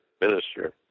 minister